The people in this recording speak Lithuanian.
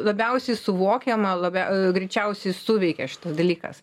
labiausiai suvokiama labiau a greičiausiai suveikė šitas dalykas